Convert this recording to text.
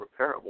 repairable